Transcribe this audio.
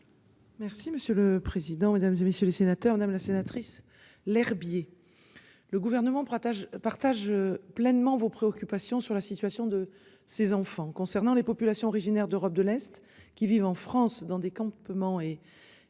Merci monsieur le président, Mesdames, et messieurs les sénateurs, madame la sénatrice l'herbier. Le gouvernement protège partage pleinement vos préoccupations sur la situation de ces enfants concernant les populations originaires d'Europe de l'Est qui vivent en France dans des campements et